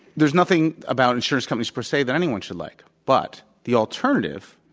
there's nothing about insurance companies, per se, that anyone should like. but the alternative,